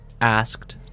asked